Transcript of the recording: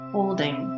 Holding